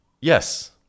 Yes